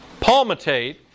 palmitate